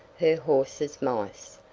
her horses mice,